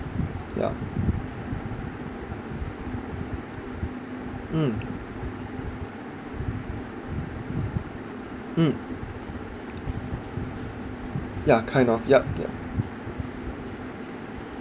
yup mm mm yeah kind of yup yup